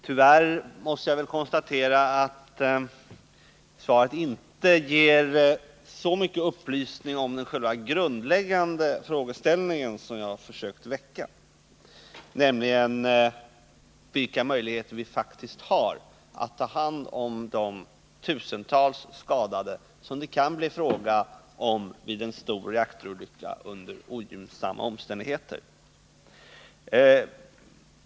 Tyvärr måste jag väl konstatera att svaret inte ger särskilt mycket upplysning'om själva den grundläggande frågeställning som jag har försökt väcka, nämligen vilka möjligheter vi faktiskt har att ta hand om de tusentals skadade som det kan bli fråga om vid en stor reaktorolycka under ogynnsamma omständigheter.